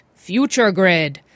FutureGrid